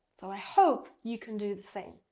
so i hope you can do the same.